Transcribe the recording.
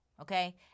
okay